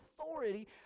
authority